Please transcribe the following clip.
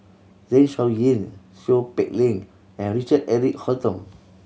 Zeng Shouyin Seow Peck Leng and Richard Eric Holttum